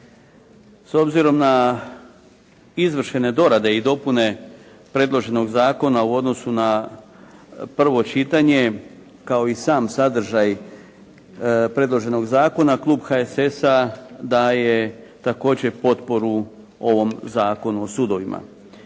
S obzirom na izvršene dorade i dopune predloženog zakona u odnosu na prvo čitanje kao i sam sadržaj predloženog zakona, klub HSS-a daje također potporu ovom Zakonu o sudovima.